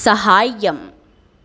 साहाय्यम्